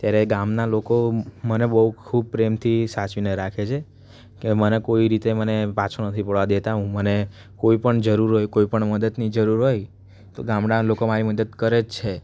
ત્યારે ગામના લોકો મને બહુ ખૂબ પ્રેમથી સાચવીને રાખે છે કે મને કોઈ રીતે મને પાછું નથી પડવા દેતા હું મને કોઈપણ જરૂર હોય કોઈપણ મદદની જરૂર હોય તો ગામડાનાં લોકો મારી મદદ કરે જ છે